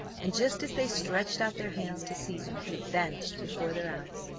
and just as they stretched out their hands to seize him, he vanished before their eyes.